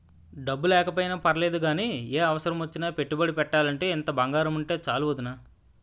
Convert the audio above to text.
డబ్బు లేకపోయినా పర్లేదు గానీ, ఏ అవసరమొచ్చినా పెట్టుబడి పెట్టాలంటే ఇంత బంగారముంటే చాలు వొదినా